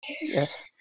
yes